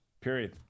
Period